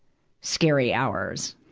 scary hours.